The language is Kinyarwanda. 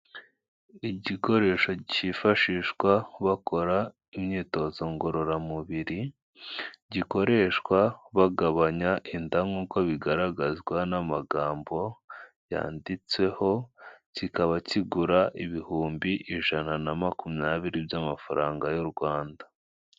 Igikoresho cyifashishwa bakora imyitozo ngororamubiri, gikoreshwa bagabanya inda nk'uko bigaragazwa n'amagambo yanditseho, kikaba kigura ibihumbi ijana na makumyabiri by'amafaranga y'u Rwanda.